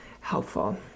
helpful